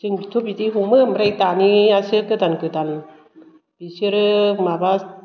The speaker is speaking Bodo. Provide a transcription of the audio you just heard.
जोंबोथ' बिदि हमो आमफ्राइ दानिआसो गोदान गोदान बिसोरो माबा